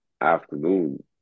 afternoon